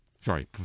sorry